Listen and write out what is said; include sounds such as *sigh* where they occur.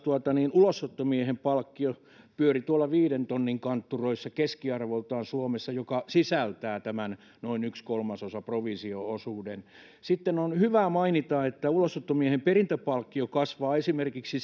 ulosottomiehen palkkiot pyörivät tuolla viidentonnin kantturoissa keskiarvoltaan suomessa joka sisältää tämän noin yhden kolmasosan provisio osuuden sitten on hyvä mainita että ulosottomiehen perintäpalkkio kasvaa esimerkiksi *unintelligible*